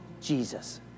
Jesus